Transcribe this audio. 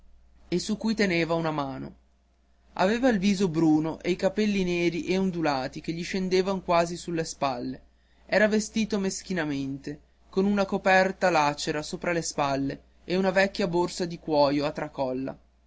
e su cui teneva una mano aveva il viso bruno e i capelli neri e ondulati che gli scendevan quasi sulle spalle era vestito meschinamente con una coperta lacera sopra le spalle e una vecchia borsa di cuoio a tracolla